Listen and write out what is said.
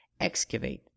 excavate